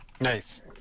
Nice